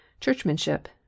churchmanship